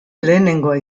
lehenengoa